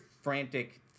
frantic